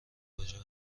کجا